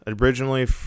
originally